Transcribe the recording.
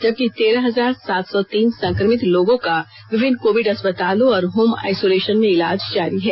जबकि तेरह हजार सात सौ तीन संक्रमित लोगों का विभिन्न कोविड अस्पतालों और होम आइसोलेशन में इलाज जारी है